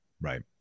right